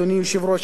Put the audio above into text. אדוני היושב-ראש,